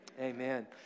Amen